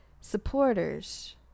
supporters